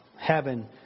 heaven